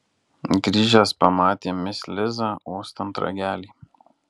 grįžęs pamatė mis lizą uostant ragelį